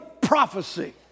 prophecy